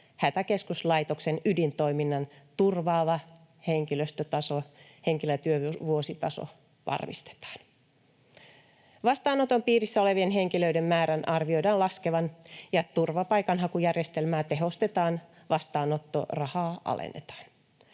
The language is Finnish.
Hätäkeskuslaitoksen ydintoiminnan turvaava henkilötyövuositaso varmistetaan. Vastaanoton piirissä olevien henkilöiden määrän arvioidaan laskevan, ja turvapaikanhakujärjestelmää tehostetaan ja vastaanottorahaa alennetaan.